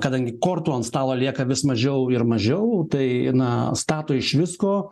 kadangi kortų ant stalo lieka vis mažiau ir mažiau tai na stato iš visko